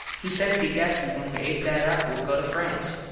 he says he guesses when we et that up well go to france.